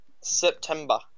September